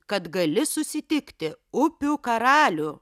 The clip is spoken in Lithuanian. kad gali susitikti upių karalių